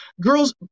girls